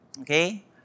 okay